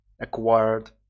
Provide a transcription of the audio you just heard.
acquired